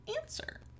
answer